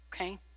okay